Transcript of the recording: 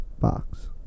box